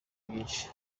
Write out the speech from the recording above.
byinshi